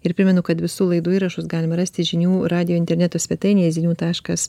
ir primenu kad visų laidų įrašus galima rasti žinių radijo interneto svetainėje ziniu taškas